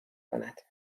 کند